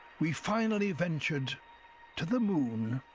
we finally ventured to the moon.